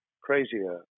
crazier